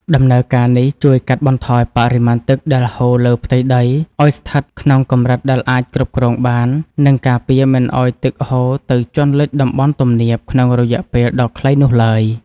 ដំណើរការនេះជួយកាត់បន្ថយបរិមាណទឹកដែលហូរលើផ្ទៃដី ឱ្យស្ថិតក្នុងកម្រិតដែលអាចគ្រប់គ្រងបាន និងការពារមិនឱ្យទឹកហូរទៅជន់លិចតំបន់ទំនាបក្នុងរយៈពេលដ៏ខ្លីនោះឡើយ។